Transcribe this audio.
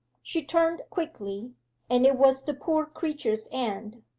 she turned quickly and it was the poor creature's end.